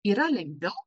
yra lengviau